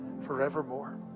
forevermore